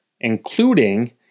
including